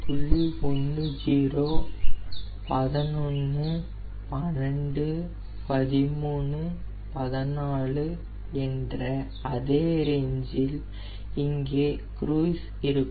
10 11 12 13 14 என்ற அதே ரேஞ்சில் இங்கே க்ரூய்ஸ் இருக்கும்